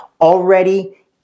already